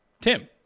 Tim